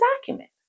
document